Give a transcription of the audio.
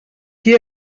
qui